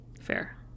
Fair